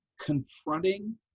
confronting